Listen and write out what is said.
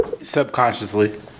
Subconsciously